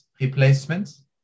replacements